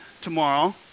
tomorrow